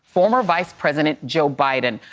former vice president joe but and